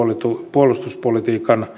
puolustuspolitiikan